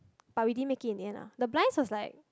but we didn't make it in the end lah the blinds was like